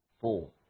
four